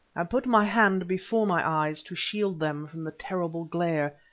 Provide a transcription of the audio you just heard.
i put my hand before my eyes to shield them from the terrible glare,